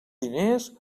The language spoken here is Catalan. diners